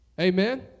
Amen